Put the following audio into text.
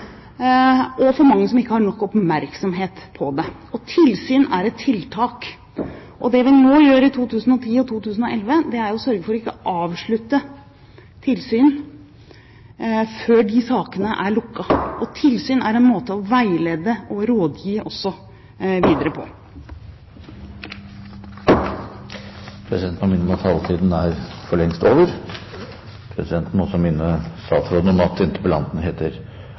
og det er for mange som ikke har nok oppmerksomhet på det. Tilsyn er et tiltak. Det vi nå gjør i 2010 og 2011, er jo å sørge for ikke å avslutte tilsyn før de sakene er lukket. Tilsyn er en måte å veilede på og å gi råd også videre. Presidenten må minne om at taletiden for lengst er over. Presidenten må også minne statsråden om at interpellanten heter